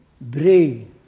brain